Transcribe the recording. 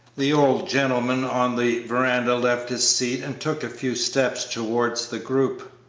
the old gentleman on the veranda left his seat and took a few steps towards the group,